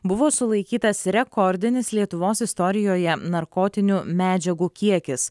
buvo sulaikytas rekordinis lietuvos istorijoje narkotinių medžiagų kiekis